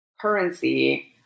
currency